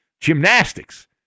gymnastics